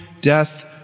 death